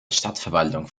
stadtverwaltung